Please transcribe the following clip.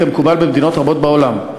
כמקובל במדינות רבות בעולם.